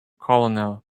colonel